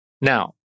now